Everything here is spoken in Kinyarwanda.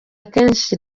akenshi